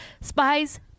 spies